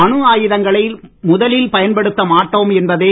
அணுஆயுதங்களை முதலில் பயன்படுத்த மாட்டோம் என்பதே